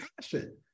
passion